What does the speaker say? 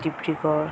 Dibrugarh